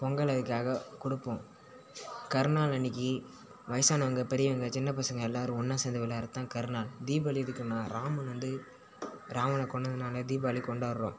பொங்கலுக்காக கொடுப்போம் கரிநாள் அன்றைக்கி வயசானவங்கள் பெரியவங்கள் சின்னப் பசங்கள் எல்லோரும் ஒன்றா சேர்ந்து விளையாடுவது தான் கரிநாள் தீபாவளி எதுக்குன்னால் ராமன் வந்து ராவணனை கொன்றதுனால தீபாவளி கொண்டாடுகிறோம்